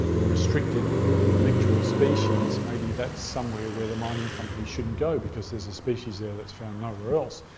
a restricted relictual species, may be that's somewhere where the mining companies shouldn't go because there's a species there that's found nowhere else.